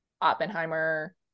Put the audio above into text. Oppenheimer